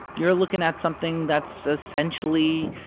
you're looking at something that's essentially,